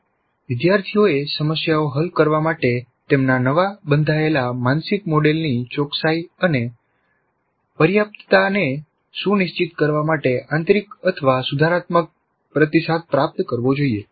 વિદ્યાર્થીઓએ સમસ્યાઓ હલ કરવા માટે તેમના નવા બંધાયેલા માનસિક મોડેલની ચોકસાઈ અને પર્યાપ્તતાને સુનિશ્ચિત કરવા માટે આંતરિક અથવા સુધારાત્મક પ્રતિસાદ પ્રાપ્ત કરવો જોઈએ